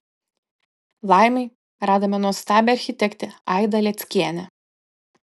laimei radome nuostabią architektę aidą leckienę